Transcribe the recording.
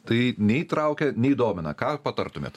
tai nei traukia nei domina ką patartumėt